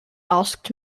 asked